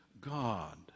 God